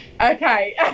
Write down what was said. Okay